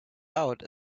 out